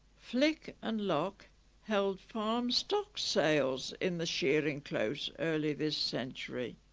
flick and locke held farm stock sales in the shearing close early this century